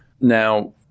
Now